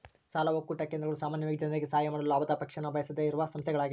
ಸಾಲ ಒಕ್ಕೂಟ ಕೇಂದ್ರಗಳು ಸಾಮಾನ್ಯವಾಗಿ ಜನರಿಗೆ ಸಹಾಯ ಮಾಡಲು ಲಾಭದ ಅಪೇಕ್ಷೆನ ಬಯಸದೆಯಿರುವ ಸಂಸ್ಥೆಗಳ್ಯಾಗವ